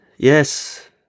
Yes